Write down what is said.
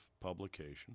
publication